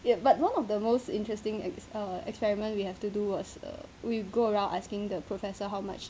ya but one of the most interesting err experiment we have to do was err we go around asking the professor how much